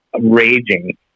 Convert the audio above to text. raging